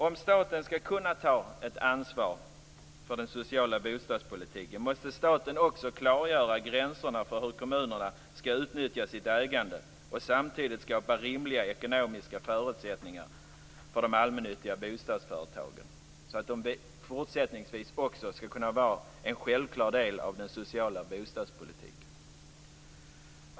Om staten skall kunna ta ett ansvar för den sociala bostadspolitiken måste staten också klargöra gränserna för hur kommunerna skall utnyttja sitt ägande och samtidigt skapa rimliga ekonomiska förutsättningar för att de allmännyttiga bostadsföretagen fortsättningsvis också skall kunna vara en självklar del av den sociala bostadspolitiken.